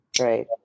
right